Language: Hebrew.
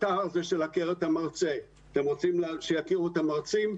האתר הזה של "הכר את המרצה" אתם רוצים שיכירו את המרצים?